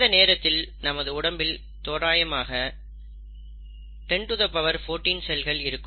இந்த நேரத்தில் நமது உடம்பில் தோராயமாக 1014 செல்கள் இருக்கும்